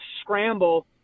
scramble